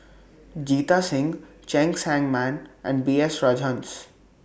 Jita Singh Cheng Tsang Man and B S Rajhans